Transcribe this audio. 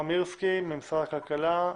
ביקשה לדבר תמר מירסקי ממשרד הכלכלה,